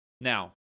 Now